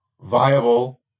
viable